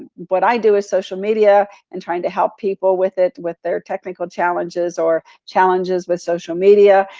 what i do is social media and trying to help people with it with their technical challenges or challenges with social media.